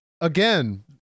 again